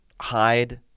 hide